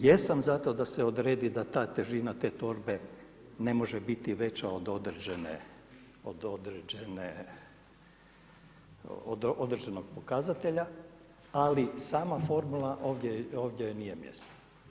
Jesam zato da se odredi da ta težina te torbe ne može biti veća od određene, od određenog pokazatelja ali sama formula ovdje joj nije mjesto.